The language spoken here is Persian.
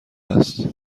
است